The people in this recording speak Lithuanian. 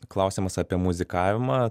klausiamas apie muzikavimą